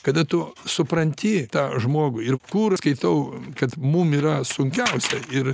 kada tu supranti tą žmogų ir kur skaitau kad mum yra sunkiausia ir